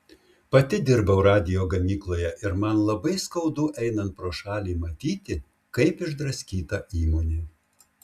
pati dirbau radijo gamykloje ir man labai skaudu einant pro šalį matyti kaip išdraskyta įmonė